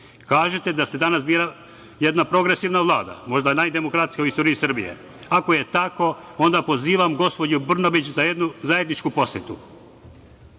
Ćišku. Kažete da se danas bira jedna progresivna Vlada, možda najdemokratskija u istoriji Srbije. Ako je tako, onda pozivam gospođu Brnabić u zajedničku posetu.